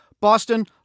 Boston